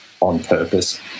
on-purpose